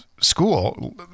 school